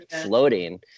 floating